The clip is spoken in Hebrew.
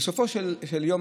בסופו של יום,